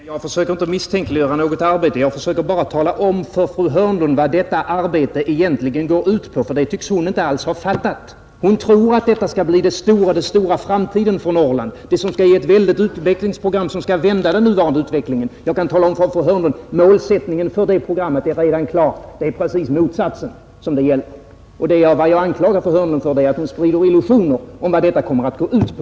Herr talman! Jag försöker inte att misstänkliggöra något arbete. Jag försöker bara tala om för fru Hörnlund vad detta arbete egentligen går ut på eftersom hon inte tycks ha fattat det. Hon tror att detta skall bli den stora framtiden för Norrland, det som skall ge ett väldigt utvecklingsprogram och som skall vända den nuvarande utvecklingen. Jag kan tala om för fru Hörnlund att målsättningen för det programmet redan är klar. Det är precis motsatsen det gäller. Jag anklagar fru Hörnlund för att sprida illusioner om vad detta kommer att gå ut på.